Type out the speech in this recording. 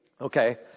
Okay